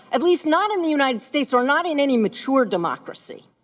at least not in the united states or not in any mature democracy.